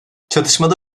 çatışmada